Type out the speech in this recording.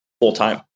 full-time